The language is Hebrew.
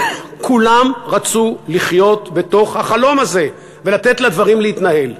כולם רצו לחיות בתוך החלום הזה ולתת לדברים להתנהל.